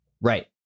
Right